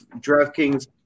DraftKings